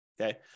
Okay